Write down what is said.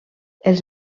els